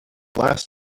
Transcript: last